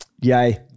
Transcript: yay